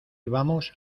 vamos